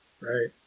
Right